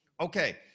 okay